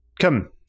come